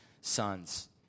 sons